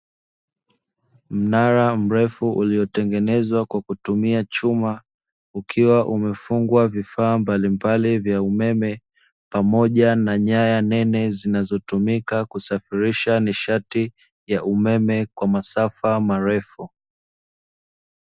Mnara mrefu uliotengenezwa kwa kutumia chuma, ukiwa umefungwa vifaa mbalimbali vya umeme, pamoja na nyaya nene zinazotumika kusafirisha nishati ya umeme kwa masafa marefu.